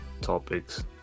topics